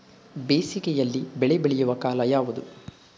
ಬೇಸಿಗೆ ಯಲ್ಲಿ ಬೆಳೆ ಬೆಳೆಯುವ ಕಾಲ ಯಾವುದು?